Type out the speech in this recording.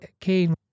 Cain